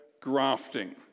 grafting